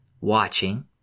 watching